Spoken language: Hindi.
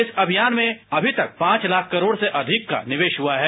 इस अभियान में अभी तक पांच लाख करोड़ से अधिक का निवेश हुआ है